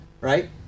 right